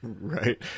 Right